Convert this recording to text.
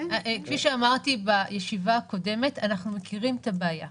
כפי שאמרתי בישיבה הקודמת, אנחנו מכירים את הבעיה.